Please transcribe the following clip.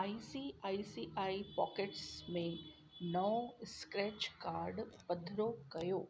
I C I C I pockets में नओं scratch card पधिरो कयो